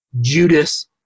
Judas